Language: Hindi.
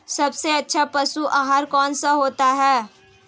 सबसे अच्छा पशु आहार कौन सा होता है?